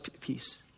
peace